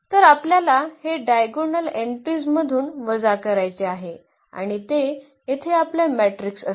तर आपल्याला हे डायगोनल एन्ट्रीज मधून वजा करायचे आहे आणि ते येथे आपले मॅट्रिक्स असेल